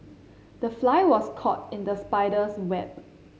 the fly was caught in the spider's web